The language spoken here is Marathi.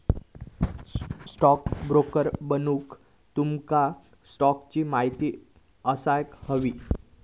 स्टॉकब्रोकर बनूक तुमका स्टॉक्सची महिती असाक व्हयी